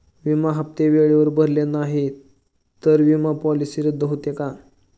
विमा हप्ते वेळेवर भरले नाहीत, तर विमा पॉलिसी रद्द होते का?